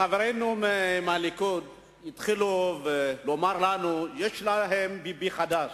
חברינו מהליכוד התחילו לומר לנו שיש להם ביבי חדש,